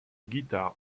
guitar